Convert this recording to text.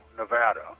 Nevada